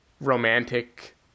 romantic